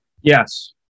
Yes